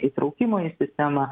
įtraukimo į sistemą